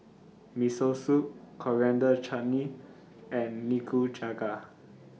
Miso Soup Coriander Chutney and Nikujaga